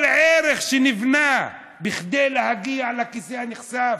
כל ערך שנבנה, כדי להגיע לכיסא הנכסף?